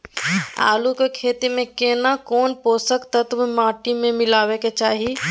आलू के खेती में केना कोन पोषक तत्व माटी में मिलब के चाही?